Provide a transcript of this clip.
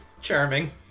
charming